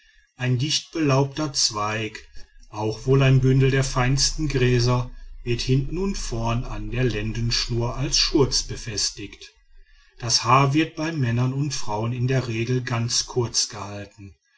ein dichtbelaubter zweig auch wohl ein bündel der feinsten gräser wird hinten und vorn an der lendenschnur als schurz befestigt das haar wird bei männern und frauen in der regel ganz kurz gehalten